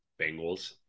Bengals